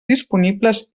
disponibles